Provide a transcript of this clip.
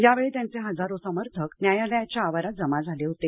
यावेळी त्यांचे हजारो समर्थक न्यायालयाच्या आवारात जमा झाले होते